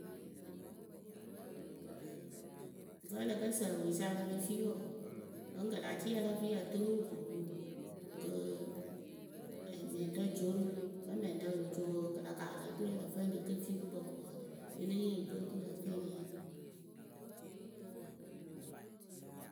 Vǝ́ ǝ lǝ kǝ sǝ eweesa e le pe fii wǝǝ vǝ́ kɨ la cɩɩ ǝ lǝ́ǝ fɨ yɨ ǝtɨnɨ rɨ koruu kɨɨ. mɛŋrǝ joru vǝ́ mɛŋrǝ lo co wǝǝ kɨ la kaalɨ oturu ǝlǝ fɨ e le ke fii gukpǝ ko wǝǝ e le yee oyupǝ oturu ǝ lǝ fɨ e le yee.